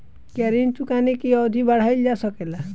क्या ऋण चुकाने की अवधि बढ़ाईल जा सकेला?